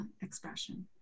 expression